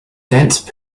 dense